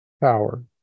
Power